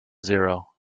zero